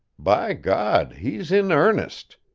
by god, he's in earnest!